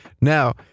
Now